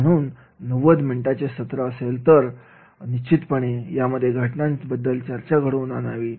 म्हणून 90 मिनिटांचे सत्र असेल तर निश्चितपणे यामध्ये घटनांबद्दल चर्चा घडवून आणावी